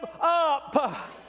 up